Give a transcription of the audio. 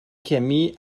chemie